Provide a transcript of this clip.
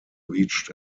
reached